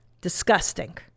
Disgusting